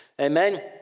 Amen